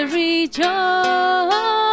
rejoice